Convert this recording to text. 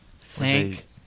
Thank